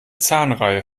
zahnreihe